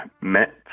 met